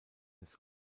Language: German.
des